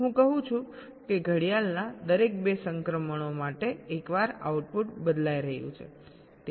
હું કહું છું કે ઘડિયાળના દરેક 2 સંક્રમણો માટે એકવાર આઉટપુટ બદલાઈ રહ્યું છે